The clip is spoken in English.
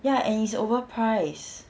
ya and it's overpriced